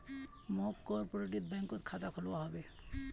मौक कॉपरेटिव बैंकत खाता खोलवा हबे